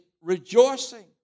rejoicing